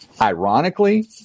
ironically